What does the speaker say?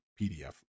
PDF